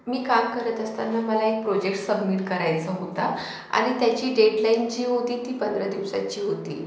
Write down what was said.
मी काम करत असताना मला एक प्रोजेक्ट सबमिट करायचा होता आणि त्याची डेडलाइन जी होती ती पंधरा दिवसांची होती